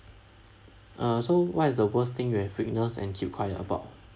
uh so what is the worst thing you have witness and keep quiet about